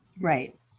Right